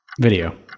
Video